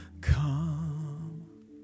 come